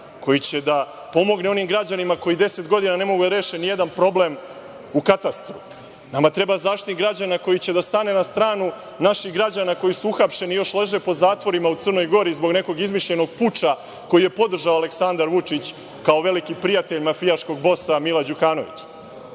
koji će da pomogne onim građanima koji deset godina ne mogu da reše nijedan problem u katastru. Nama treba Zaštitnik građana koji će da stane na stranu naših građana koji su uhapšeni i još leže po zatvorima u Crnoj Gori zbog nekog izmišljenog puča koji je podržao Aleksandar Vučić kao veliki prijatelj mafijaškog bosa Mila Đukanovića.